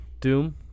Doom